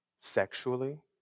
sexually